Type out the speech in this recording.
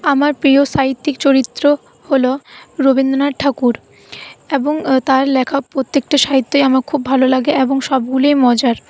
আমার প্রিয় সাহিত্যিক চরিত্র হল রবীন্দ্রনাথ ঠাকুর এবং তার লেখা প্রত্যেকটা সাহিত্যই আমার খুব ভালো লাগে এবং সবগুলোই মজার